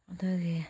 ꯑꯗꯨꯒꯤ